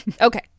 Okay